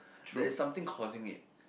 there is something causing it